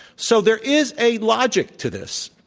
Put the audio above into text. so there is a logic to this,